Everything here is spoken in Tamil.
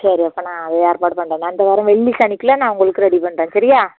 சரி அப்போ நான் அது ஏற்பாடு பண்ணுறேன் நான் இந்த வாரம் வெள்ளி சனிக்குள்ள நான் உங்களுக்கு ரெடி பண்ணுறேன் சரியா